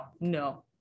no